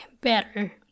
better